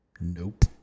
Nope